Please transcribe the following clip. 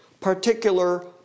particular